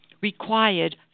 required